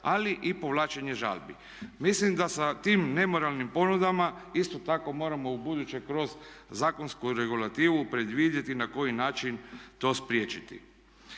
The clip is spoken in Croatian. ali i povlačenje žalbi. Mislim da sa tim nemoralnim ponudama isto tako moramo ubuduće kroz zakonsku regulativu predvidjeti na koji način to spriječiti.